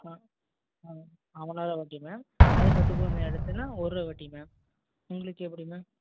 ஆ ஆ அவ்வளோ தான் வட்டி மேம் அதே பத்து பவுன் மேலே எடுத்தீங்கன்னா ஒருரூபா வட்டி மேம் உங்களுக்கு எப்படி மேம்